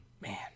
Man